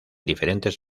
diferentes